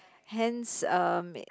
hence um